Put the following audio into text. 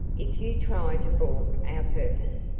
if you try to balk our purpose,